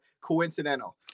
coincidental